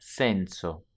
senso